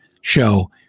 show